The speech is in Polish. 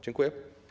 Dziękuję.